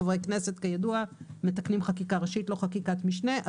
חברי כנסת כידוע מתקנים חקיקה ראשית לא חקיקת משנה.